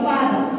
Father